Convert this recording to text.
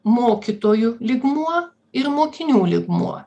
mokytojų lygmuo ir mokinių lygmuo